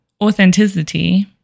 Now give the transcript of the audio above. authenticity